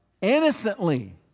Innocently